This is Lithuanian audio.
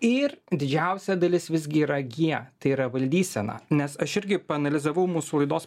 ir didžiausia dalis visgi yra g tai yra valdysena nes aš irgi paanalizavau mūsų laidos